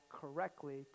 correctly